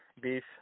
beef